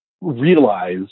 realize